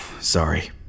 Sorry